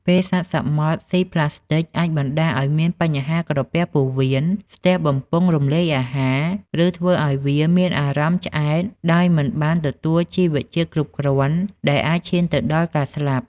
ពេលសត្វសមុទ្រសុីប្លាស្ទិកអាចបណ្តាលឱ្យមានបញ្ហាក្រពះពោះវៀន ស្ទះបំពង់រំលាយអាហារ ឬធ្វើឱ្យពួកវាមានអារម្មណ៍ឆ្អែតដោយមិនបានទទួលជីវជាតិគ្រប់គ្រាន់ ដែលអាចឈានទៅដល់ការស្លាប់។